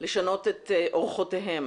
לשנות את אורחותיהם.